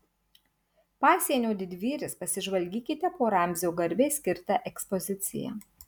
pasienio didvyris pasižvalgykite po ramzio garbei skirtą ekspoziciją